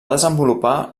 desenvolupar